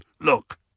Look